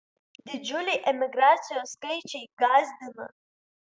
didžiuliai emigracijos skaičiai gąsdina